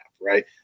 right